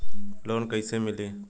Loan कईसे मिली?